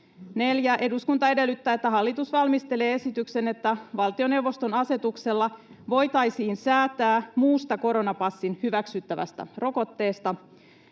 4. Eduskunta edellyttää, että hallitus valmistelee esityksen, että valtioneuvoston asetuksella voitaisiin säätää muusta koronapassiin hyväksyttävästä rokotteesta.